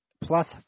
plus